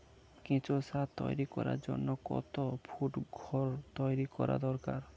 কেঁচো সার তৈরি করার জন্য কত ফুট ঘর তৈরি করা দরকার?